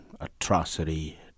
atrocity